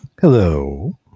Hello